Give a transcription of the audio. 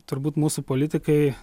turbūt mūsų politikai